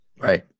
Right